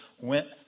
went